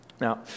Now